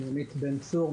אני עמית בן-צור,